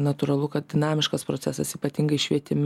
natūralu kad dinamiškas procesas ypatingai švietime